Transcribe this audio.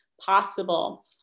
possible